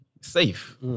safe